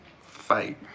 fight